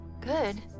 Good